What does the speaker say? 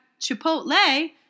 chipotle